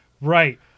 Right